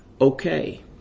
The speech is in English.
okay